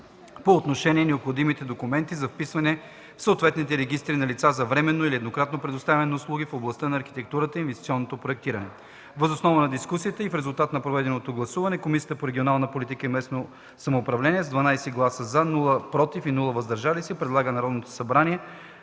по отношение необходимите документи за вписване в съответните регистри на лица за временно или еднократно предоставяне на услуги в областта на архитектурата и инвестиционното проектиране. Въз основа на дискусията и в резултат на проведеното гласуване, Комисията по регионална политика и местно самоуправление с 12 гласа – „за”, 0 гласа – „против” и 0 гласа – „въздържал се”, предлага на Народното събрание